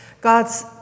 God's